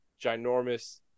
ginormous